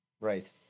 Right